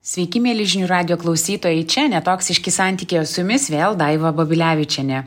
sveiki mieli žinių radijo klausytojai čia netoksiški santykiai o su jumis vėl daiva babilevičienė